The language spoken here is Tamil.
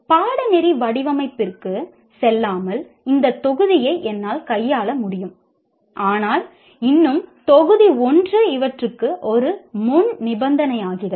பாடநெறி வடிவமைப்பிற்கு செல்லாமல் இந்த தொகுதியை என்னால் கையாள முடியும் ஆனால் இன்னும் தொகுதி 1 இவற்றுக்கு ஒரு முன்நிபந்தனையாகிறது